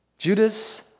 Judas